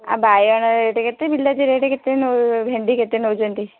ଆଉ ବାଇଗଣ ରେଟ୍ କେତେ ବିଲାତି ରେଟ୍ କେତେ ଭେଣ୍ଡି କେତେ ନେଉଛନ୍ତି